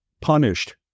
punished